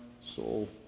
soul